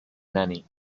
nanny